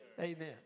Amen